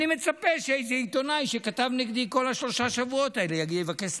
אני מצפה שאיזה עיתונאי שכתב נגדי כל השלושה שבועות האלה יבקש סליחה.